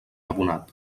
abonat